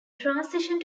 transition